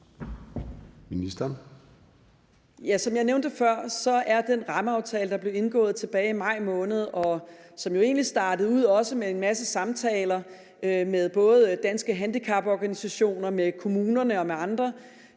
Som jeg nævnte før, er den rammeaftale, der blev indgået tilbage i maj måned, og som egentlig startede ud med en masse samtaler med både Danske Handicaporganisationer, kommunerne og andre,